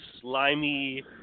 slimy